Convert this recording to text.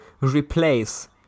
replace